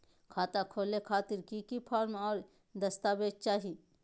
खाता खोले खातिर की की फॉर्म और दस्तावेज चाही?